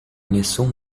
nessun